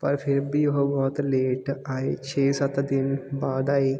ਪਰ ਫਿਰ ਵੀ ਉਹ ਬਹੁਤ ਲੇਟ ਆਏ ਛੇ ਸੱਤ ਦਿਨ ਬਾਅਦ ਆਏ